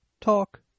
talk